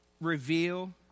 reveal